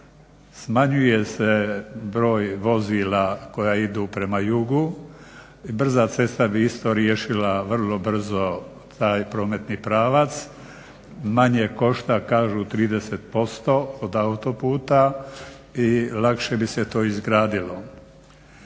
smanjuje se broj vozila koja idu prema jugu i brza cesta bi isto riješila vrlo brzo taj prometni pravac. Manje košta, kažu 30% od autoputa, i lakše bi se to izgradilo.